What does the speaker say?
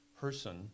person